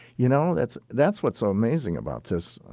you know that's that's what's so amazing about this.